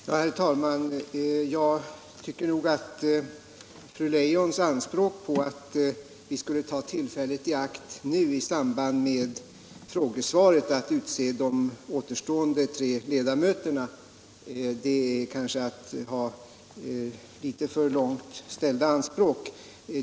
Herr talman! Jag tycker att fru Leijons tanke att jag skulle ta tillfället i akt i samband med frågesvaret att utse de återstående tre ledamöterna kanske är att ha litet för långt gående anspråk.